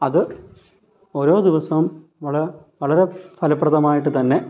അത് ഓരോ ദിവസവും വളരെ ഫലപ്രദമായിട്ടുതന്നെ